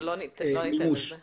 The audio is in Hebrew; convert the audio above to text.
לא, אנחנו לא ניתן לזה לקרות.